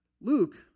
Luke